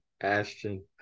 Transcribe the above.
Ashton